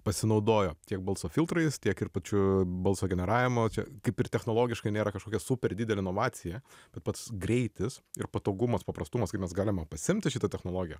pasinaudojo tiek balso filtrais tiek ir pačiu balso generavimu čia kaip ir technologiškai nėra kažkokia super didelė inovacija bet pats greitis ir patogumas paprastumas kaip mes galime pasiimti šitą technologiją